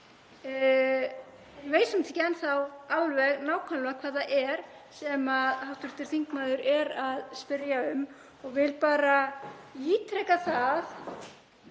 Ég veit samt ekki enn þá alveg nákvæmlega hvað það er sem hv. þingmaður er að spyrja um og vil bara ítreka það